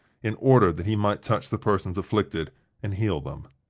in order that he might touch the persons afflicted and heal them.